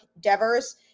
Devers